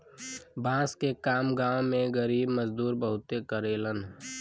बांस के काम गांव में गरीब मजदूर बहुते करेलन